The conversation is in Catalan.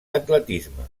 atletisme